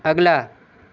اگلا